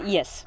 Yes